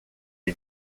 est